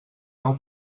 nou